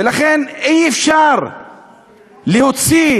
ולכן אי-אפשר להוציא